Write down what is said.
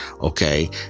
Okay